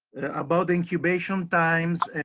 about incubation times,